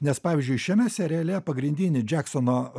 nes pavyzdžiui šiame seriale pagrindinį džeksono